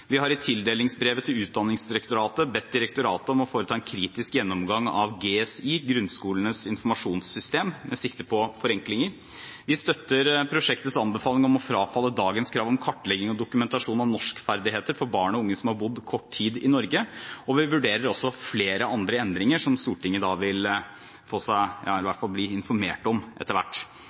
Vi har i tildelingsbrevet til Utdanningsdirektoratet bedt direktoratet om å foreta en kritisk gjennomgang av GSI, Grunnskolens Informasjonssystem, med sikte på forenklinger. Vi støtter prosjektets anbefaling om å frafalle dagens krav om kartlegging og dokumentasjon av norskferdigheter for barn og unge som har bodd kort tid i Norge. Vi vurderer også flere andre endringer som Stortinget vil bli informert om etter hvert.